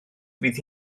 fydd